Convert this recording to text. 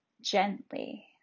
gently